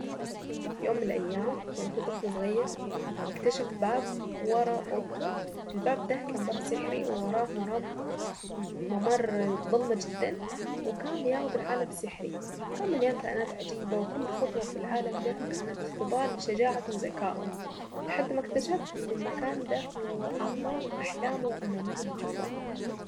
يوم من الايام كان في طفل صغير اكتشف باب ورا اوضته باب والباب ده كان باب سحري ووراه مرام ممر ضلمة جدا وكان بياخد العالم سحري كان مليان كائنات عجيبة وكل خطوة في العالم ده كانت اختبار لشجاعته وذكاؤه. لحد ما اكتشفت ان المكان ده.